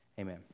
Amen